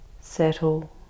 settle